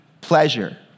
pleasure